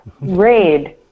Raid